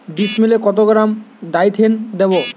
ডিস্মেলে কত gram Dithane দেবো?